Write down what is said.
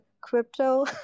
crypto